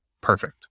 perfect